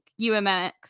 UMX